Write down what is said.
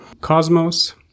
cosmos